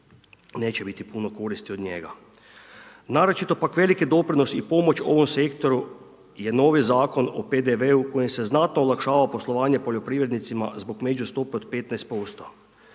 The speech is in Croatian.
neće biti puno koristi od njega. Naročito pak veliki doprinos i pomoć ovom sektoru jer novi zakon o PDV-u kojim se znatno olakšava poslovanje poljoprivrednicima zbog međustope od 15%